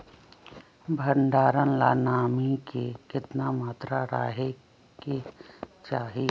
भंडारण ला नामी के केतना मात्रा राहेके चाही?